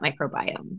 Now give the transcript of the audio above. microbiome